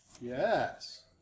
Yes